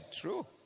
true